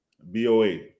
Boa